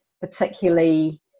particularly